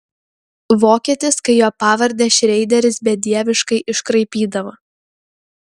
vokietis kai jo pavardę šreideris bedieviškai iškraipydavo